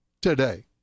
today